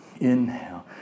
inhale